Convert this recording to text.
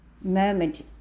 moment